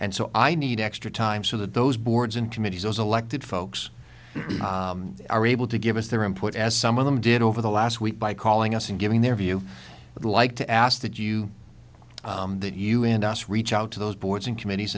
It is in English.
and so i need extra time so that those boards and committees those elected folks are able to give us their input as some of them did over the last week by calling us and giving their view like to ask that you that you and us reach out to those boards and